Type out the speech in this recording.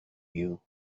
you